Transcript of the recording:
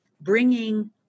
bringing